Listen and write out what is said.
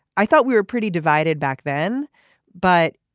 i thought we were pretty divided back then but